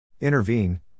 Intervene